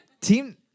team